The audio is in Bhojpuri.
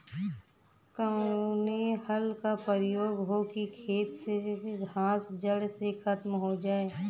कवने हल क प्रयोग हो कि खेत से घास जड़ से खतम हो जाए?